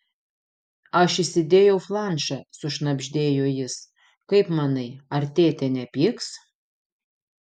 aš įsidėjau flanšą sušnabždėjo jis kaip manai ar tėtė nepyks